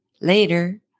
later